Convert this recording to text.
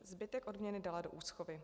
Zbytek odměny dala do úschovy.